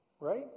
Right